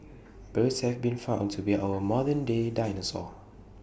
birds have been found to be our modern day dinosaurs